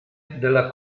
della